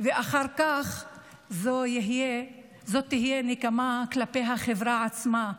ואחר כך זאת תהיה נקמה כלפי החברה עצמה.